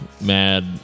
mad